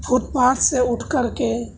fit پاٹ سے اٹھ کر کے